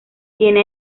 tiene